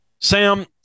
Sam